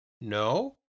No